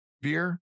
beer